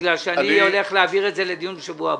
בגלל שאני הולך להעביר את זה לדיון בשבוע הבא.